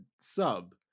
sub